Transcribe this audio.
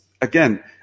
again